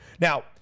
Now